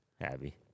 abby